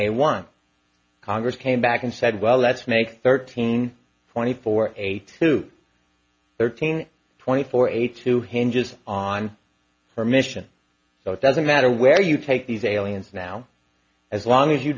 a one congress came back and said well let's make thirteen twenty four eight to thirteen point four eight to hinges on permission so it doesn't matter where you take these aliens now as long as you